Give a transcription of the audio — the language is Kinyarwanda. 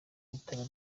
bitaba